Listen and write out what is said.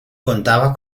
contaba